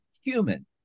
human